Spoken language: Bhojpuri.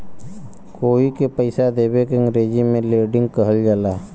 कोई के पइसा देवे के अंग्रेजी में लेंडिग कहल जाला